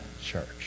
church